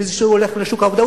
הוא זה שהולך לשוק העבודה,